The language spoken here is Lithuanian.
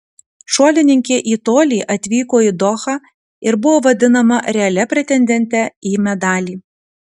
šuolininkė į tolį atvyko į dohą ir buvo vadinama realia pretendente į medalį